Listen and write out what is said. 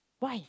why